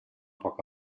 poc